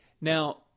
Now